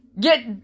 get